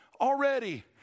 already